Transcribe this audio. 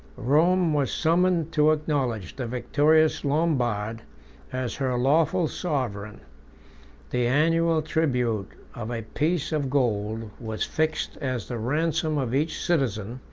rome was summoned to acknowledge the victorious lombard as her lawful sovereign the annual tribute of a piece of gold was fixed as the ransom of each citizen,